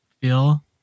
feel